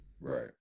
Right